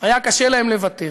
היה קשה להם לוותר.